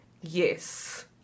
Yes